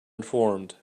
informed